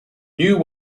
new